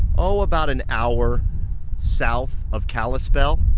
oh, about an hour south of kalispell.